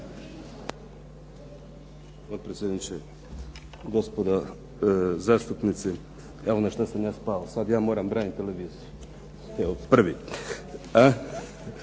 Hvala.